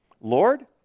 Lord